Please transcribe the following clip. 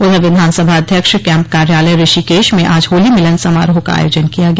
उधर विधानसभा अध्यक्ष कैम्प कार्यालय ऋषिकेश में आज होली मिलन समारोह का आयोजन किया गया